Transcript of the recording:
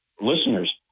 listeners